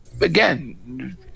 again